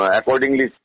accordingly